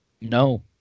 No